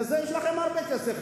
לזה יש לכם הרבה כסף.